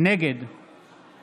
נגד